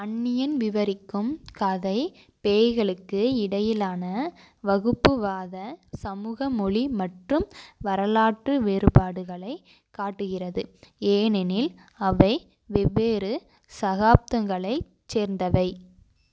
அந்நியன் விவரிக்கும் கதை பேய்களுக்கு இடையிலான வகுப்புவாத சமூக மொழி மற்றும் வரலாற்று வேறுபாடுகளைக் காட்டுகிறது ஏனெனில் அவை வெவ்வேறு சகாப்தங்களைச் சேர்ந்தவை